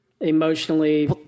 emotionally